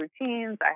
routines